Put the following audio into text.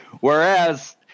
Whereas